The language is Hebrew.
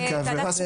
לא, בוועדת חוקה.